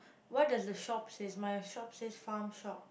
what does the shop says my shop says farm shop